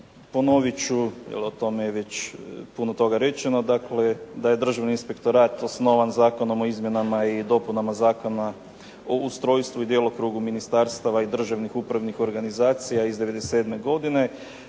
ponovit ću jer o tome je već puno toga rečeno dakle da je Državni inspektorat osnovan Zakonom o izmjenama i dopunama Zakona o ustrojstvu i djelokrugu ministarstava i državnih upravnih organizacija iz 1997. godine